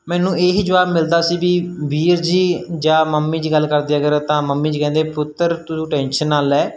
ਮੈਨੂੰ ਇਹੀ ਜਵਾਬ ਮਿਲਦਾ ਸੀ ਵੀ ਵੀਰ ਜੀ ਜਾਂ ਮੰਮੀ ਜੀ ਗੱਲ ਕਰਦੇ ਅਗਰ ਤਾਂ ਮੰਮੀ ਜੀ ਕਹਿੰਦੇ ਪੁੱਤਰ ਤੂੰ ਟੈਂਸ਼ਨ ਨਾ ਲੈ